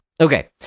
Okay